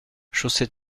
chaussée